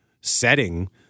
setting